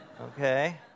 Okay